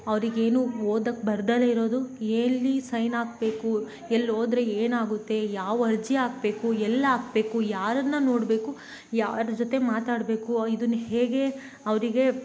ಅವರಿಗೇನು ಓದೋಕ್ ಬರ್ದಲೇ ಇರೋದು ಎಲ್ಲಿ ಸೈನ್ ಹಾಕ್ಬೇಕು ಎಲ್ಲಿ ಹೋದ್ರೆ ಏನಾಗುತ್ತೆ ಯಾವ ಅರ್ಜಿ ಹಾಕ್ಬೇಕು ಎಲ್ಲಿ ಹಾಕ್ಬೇಕು ಯಾರನ್ನು ನೋಡಬೇಕು ಯಾರ ಜೊತೆ ಮಾತಾಡಬೇಕು ಇದನ್ನು ಹೇಗೆ ಅವರಿಗೆ